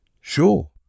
Sure